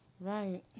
Right